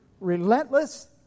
relentless